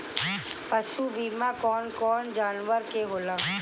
पशु बीमा कौन कौन जानवर के होला?